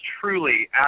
truly